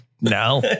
No